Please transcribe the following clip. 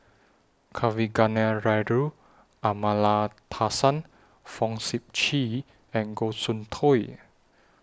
Kavignareru Amallathasan Fong Sip Chee and Goh Soon Tioe